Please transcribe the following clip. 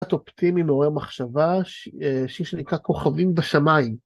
אופטימי מעורר מחשבה, שיש בעיקר כוכבים בשמיים.